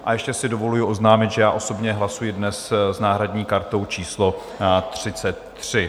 A ještě si dovoluji oznámit, že já osobně hlasuji dnes s náhradní kartou číslo 33.